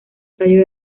tallo